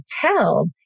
tell